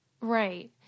Right